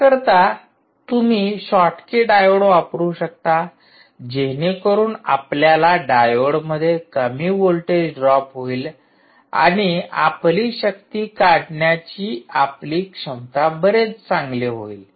त्या करीता तुम्ही शॉटकी डायोड वापरू शकता जेणेकरुन आपल्याला डायोडमध्ये कमी व्होल्टेज ड्रॉप होईल आणि आपली शक्ती काढण्याची आपली क्षमता बरेच चांगले होईल